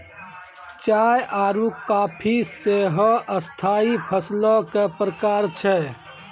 चाय आरु काफी सेहो स्थाई फसलो के प्रकार छै